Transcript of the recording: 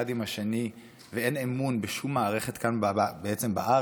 עם השני ואין אמון בשום מערכת כאן בארץ,